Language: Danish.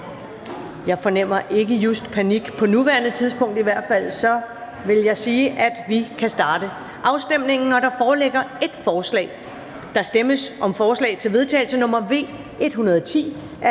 jeg fornemmer ikke just panik på nuværende tidspunkt – vil jeg sige, at vi kan starte afstemningen. Der foreligger ét forslag. Der stemmes om forslag til vedtagelse nr. V 110 af